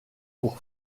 pour